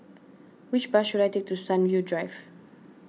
which bus should I take to Sunview Drive